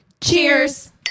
Cheers